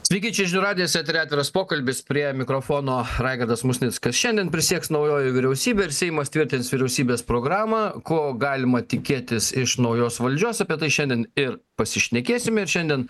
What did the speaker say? sveiki čia žinių radijas etery atviras pokalbis prie mikrofono raigardas musnickas šiandien prisieks naujoji vyriausybė ir seimas tvirtins vyriausybės programą ko galima tikėtis iš naujos valdžios apie tai šiandien ir pasišnekėsime ir šiandien